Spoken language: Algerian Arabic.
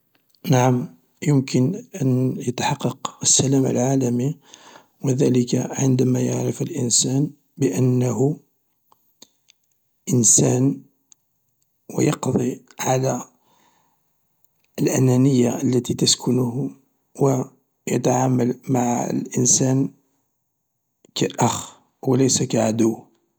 نعم يمكن أن يتحقق السلام العالمي وذلك عندما يعرف الانسان بانه إنسان و يقضي على الأنانية التي تسكنه و يتعامل مع الإنسان كأخ و ليس كعدو.